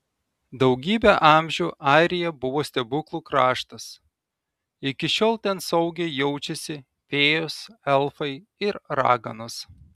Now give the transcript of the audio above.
daugybę amžių airija buvo stebuklų kraštas iki šiol ten saugiai jaučiasi fėjos elfai ir raganos